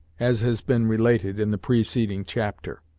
as has been related in the preceding chapter,